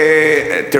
תאונות דרכים עולות.